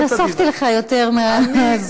אבל כבר הוספתי לך יותר מהזמן.